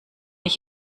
ich